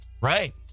Right